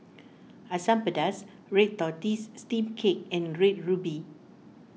Asam Pedas Red Tortoise Steamed Cake and Red Ruby